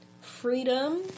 Freedom